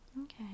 okay